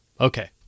Okay